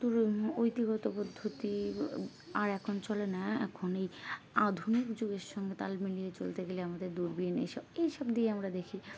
দূর ঐতিগত পদ্ধতি আর এখন চলে না এখন এই আধুনিক যুগের সঙ্গে তাল মিলিয়ে চলতে গেলে আমাদের দূরবীন এইসব এইসব দিয়ে আমরা দেখি